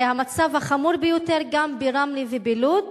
והמצב החמור ביותר גם ברמלה ובלוד,